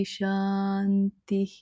Shanti